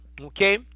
okay